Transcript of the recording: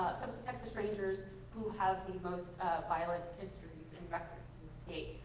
some of the texas rangers who have the most violent histories and records in the state,